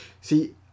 See